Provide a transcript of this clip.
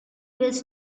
was